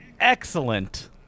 excellent